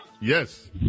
Yes